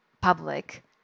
public